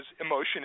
emotion